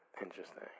Interesting